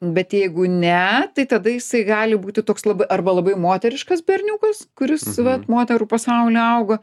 bet jeigu ne tai tada jisai gali būti toks labai arba labai moteriškas berniukas kuris vat moterų pasauly augo